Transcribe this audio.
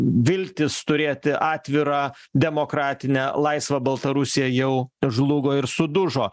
viltis turėti atvirą demokratinę laisvą baltarusiją jau žlugo ir sudužo